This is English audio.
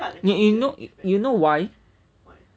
you you you know why